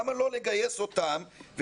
למה לא לגייס אותם?